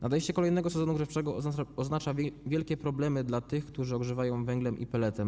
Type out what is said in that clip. Nadejście kolejnego sezonu grzewczego oznacza wielkie problemy dla tych, którzy ogrzewają się węglem i peletem.